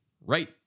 right